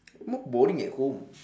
more boring at home